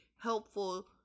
helpful